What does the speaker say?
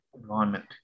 environment